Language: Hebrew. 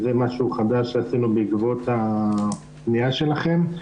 זה משהו חדש שעשינו בעקבות הפנייה שלכם.